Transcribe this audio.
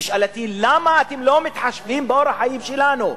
ושאלתי, למה אתם לא מתחשבים באורח החיים שלנו,